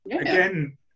again